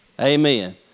Amen